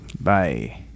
Bye